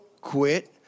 quit